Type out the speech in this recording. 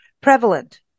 prevalent